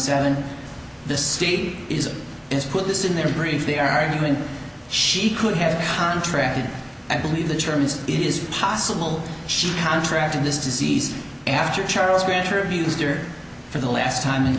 seven the state is is put this in their grief they are going she could have contracted i believe the is it is possible she contracted this disease after charles branch or abused or for the last time in